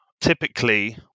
typically